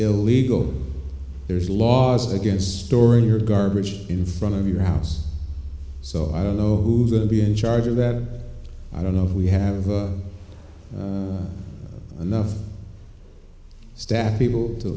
illegal there's laws against storing your garbage in front of your house so i don't know who's going to be in charge of that i don't know if we have enough staff people to